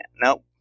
Nope